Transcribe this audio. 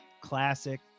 classic